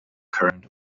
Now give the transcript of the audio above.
current